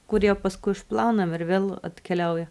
kurie paskui išplaunami ir vėl atkeliauja